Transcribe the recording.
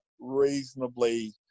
reasonably